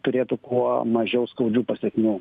turėtų kuo mažiau skaudžių pasekmių